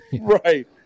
Right